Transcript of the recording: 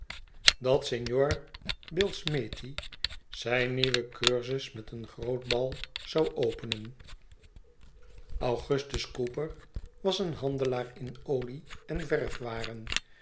dat signor billsmethi zijn nieuwen cursus met een groot bal zou openen augustus cooper was een handelaar in olie en verfwaren